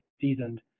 seasoned